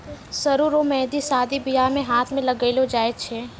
सरु रो मेंहदी शादी बियाह मे हाथ मे लगैलो जाय छै